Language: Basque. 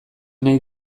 nahi